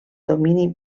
domini